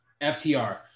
FTR